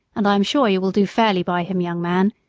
and i am sure you will do fairly by him, young man.